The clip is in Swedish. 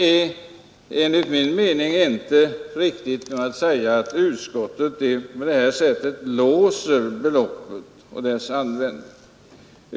Det är inte riktigt att nu säga att utskottsmajoriteten på detta sätt låser beloppet och dess användning.